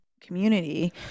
community